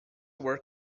were